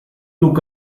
took